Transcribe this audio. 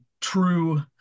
true